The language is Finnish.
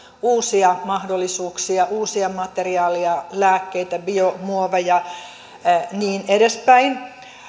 uusia mahdollisuuksia uusia materiaaleja lääkkeitä biomuoveja ja niin edespäin